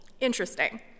interesting